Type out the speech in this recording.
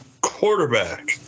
quarterback